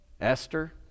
Esther